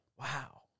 Wow